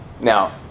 Now